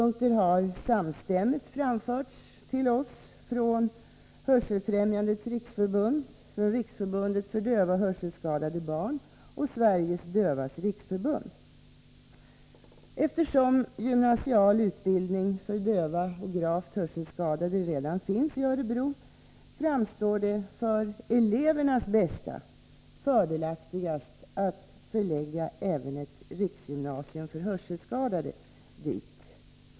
19 december 1983 Dessa synpunkter har samstämmigt framförts till oss från Hörselfrämjan finns i Örebro, framstår det för elevernas bästa som fördelaktigast att förlägga även ett riksgymnasium för hörselskadade dit."